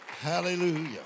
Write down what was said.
Hallelujah